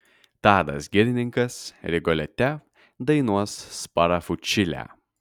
tadas girininkas rigolete dainuos sparafučilę